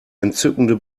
entzückende